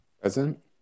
Present